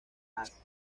haz